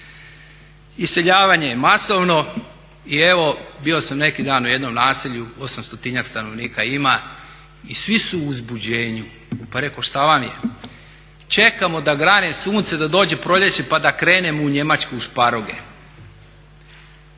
Iseljavanje je masovno. I evo bio sam neki dan u jednom naselju …/Govornik se ne razumije./… stanovnika ima i svi su u uzbuđenju. Pa reko šta vam je, čekamo da grane sunce, da dođe proljeće pa da krenem u Njemačku u šparoge.